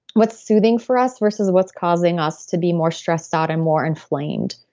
what's soothing for us versus what's causing us to be more stressed out and more inflamed.